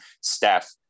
staff